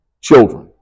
children